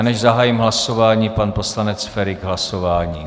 Než zahájím hlasování, pan poslanec Feri k hlasování.